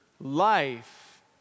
life